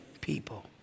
people